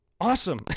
Awesome